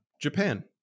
Japan